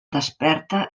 desperta